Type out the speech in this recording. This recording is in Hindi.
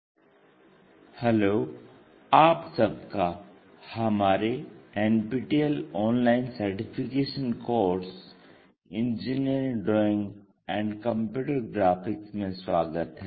ऑर्थोग्राफ़िक प्रोजेक्शन्स II भाग 6 हैलो आप सबका हमारे NPTEL online certification course engineering drawing and computer graphics में स्वागत है